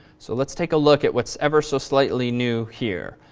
so let's take a look at what's ever so slightly new here,